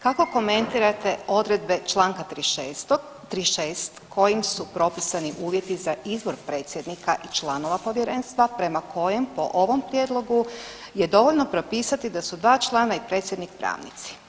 Kako komentirate odredbe čl. 36. kojim su propisani uvjeti za izbor predsjednika i članova povjerenstva prema kojem po ovom prijedlogu je dovoljno propisati da su dva člana i predsjednik pravnici?